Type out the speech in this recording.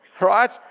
right